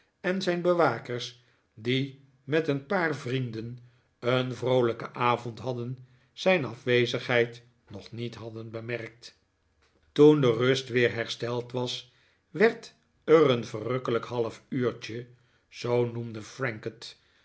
en zijn bewakers die met een paar vrienden een vroolijken avond hadden zijn afwezigheid nog niet hadden bemerkt toen de rust weer hersteld was werd er een verrukkelijk half uurtje zoo noemde frank het